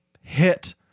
hit